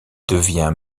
devient